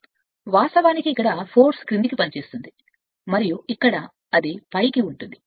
అప్పుడు బలవంతంగా వాస్తవానికి ఇక్కడ క్రిందికి పని చేస్తుంది మరియు ఇక్కడ అది పైకి ఉంటుంది